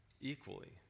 equally